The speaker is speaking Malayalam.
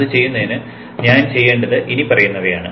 അത് ചെയ്യുന്നതിന് ഞാൻ ചെയ്യേണ്ടത് ഇനിപ്പറയുന്നതാണ്